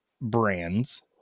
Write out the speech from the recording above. brands